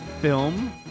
film